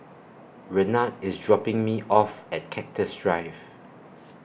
Renard IS dropping Me off At Cactus Drive